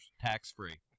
Tax-free